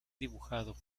dibujado